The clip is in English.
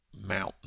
mountain